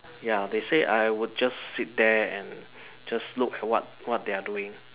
ya they say I would just sit there and just look at what what they are doing